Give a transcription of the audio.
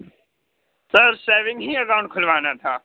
سر saving ہی account ہم کُھلوانا تھا